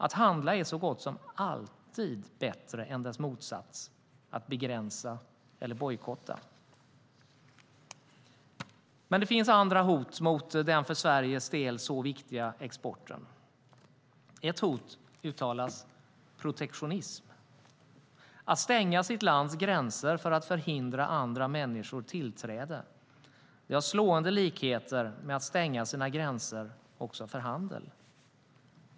Att handla är så gott som alltid bättre än dess motsats - att begränsa eller bojkotta. Det finns dock andra hot mot den för Sveriges del så viktiga exporten. Ett hot uttalas protektionism. Att stänga sitt lands gränser för att förhindra andra människor tillträde har slående likheter med att stänga sina gränser också för handel.